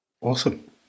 Awesome